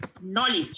knowledge